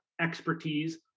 expertise